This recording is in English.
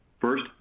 First